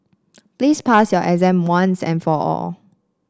please pass your exam once and for all